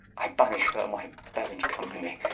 i banish her my bed, and companie,